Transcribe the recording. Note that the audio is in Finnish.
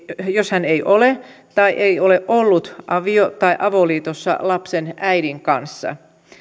jos hän ei ole tai ei ole ollut avio tai avoliitossa lapsen äidin kanssa